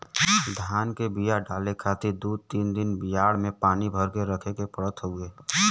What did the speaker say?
धान के बिया डाले खातिर दू तीन दिन बियाड़ में पानी भर के रखे के पड़त हउवे